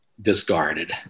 discarded